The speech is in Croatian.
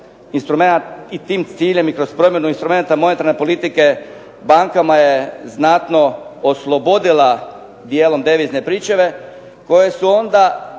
i tim ciljem i kroz promjenu instrumenata monetarne politike bankama je znatno oslobodila dijelom devizne pričuve koje su onda